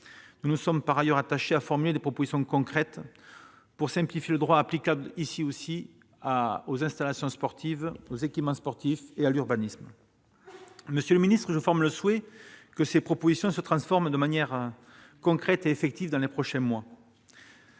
nous nous sommes par ailleurs attachés à formuler des propositions concrètes pour simplifier le droit applicable, notamment en matière d'équipement sportif ou d'urbanisme. Monsieur le secrétaire d'État, je forme le souhait que ces propositions se transforment de manière concrète et effective dans les prochains mois